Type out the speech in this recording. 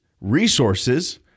resources